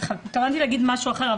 התכוונתי להגיד משהו אחר,